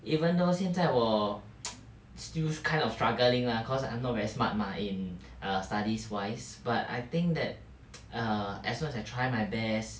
even though 现在我 still kind of struggling lah cause like I'm not very smart mah in err studies wise but I think that err as long as I try my best